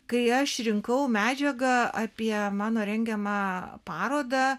kai aš rinkau medžiagą apie mano rengiamą parodą